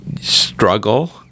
struggle